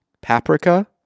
Paprika